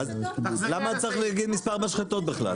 למה צריך להגיד מספר משחטות בכלל?